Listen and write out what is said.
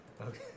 Okay